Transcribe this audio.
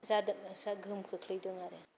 गोहोम खोख्लैदों आरो